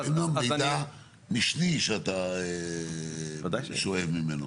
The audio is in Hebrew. אבל אין שם מידע משני שאתה שואב ממנו.